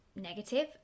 negative